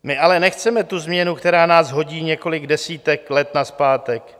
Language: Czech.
My ale nechceme tu změnu, která nás hodí několik desítek let nazpátek.